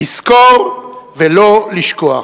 לזכור ולא לשכוח.